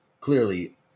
clearly